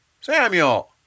Samuel